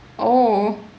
oh